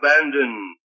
abandoned